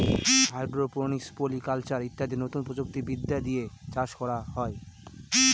hydroponics, polyculture ইত্যাদি নতুন প্রযুক্তি বিদ্যা দিয়ে চাষ করা হয়